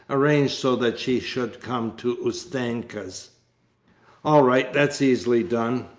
arrange so that she should come to ustenka's all right, that's easily done!